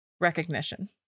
recognition